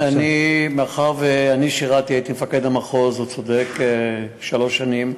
מאחר שהייתי מפקד המחוז, הוא צודק, שלוש שנים,